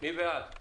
מי בעד?